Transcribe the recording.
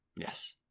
yes